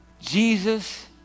Jesus